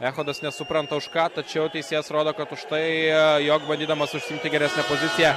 echodas nesupranta už ką tačiau teisėjas rodo kad už tai jog bandydamas užsiimti geresnę poziciją